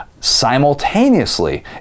simultaneously